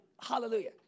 hallelujah